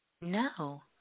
no